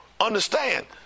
understand